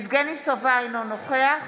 יבגני סובה, אינו נוכח